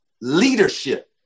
leadership